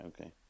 okay